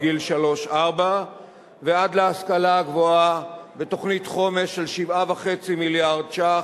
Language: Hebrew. בגיל שלוש-ארבע ועד להשכלה הגבוהה ותוכנית חומש של 7.5 מיליארדי ש"ח,